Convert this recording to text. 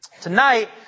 Tonight